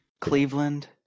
Cleveland